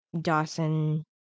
Dawson